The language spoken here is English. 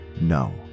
No